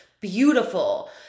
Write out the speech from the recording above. Beautiful